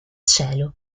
cielo